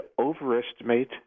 overestimate